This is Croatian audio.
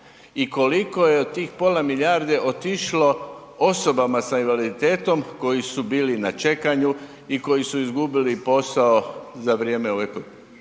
i koliko je tih od pola milijarde otišlo osobama sa indvaliditetom koji su bili na čekanju i koji su izgubili posao za vrijeme ove